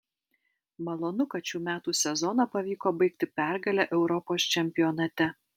malonu kad šių metų sezoną pavyko baigti pergale europos čempionate